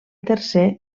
tercer